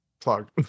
plug